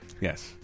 yes